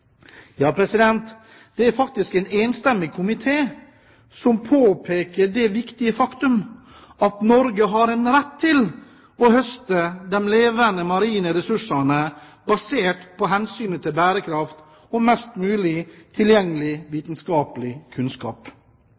Ja, det er faktisk en enstemmig komité som påpeker det viktige faktum at Norge har en rett til å høste de levende marine ressursene basert på hensynet til bærekraft og mest mulig tilgjengelig vitenskaplig kunnskap.